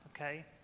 okay